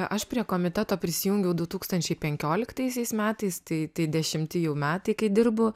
aš prie komiteto prisijungiau du tūkstančiai penkioliktaisiais metais tai tai dešimti jau metai kai dirbu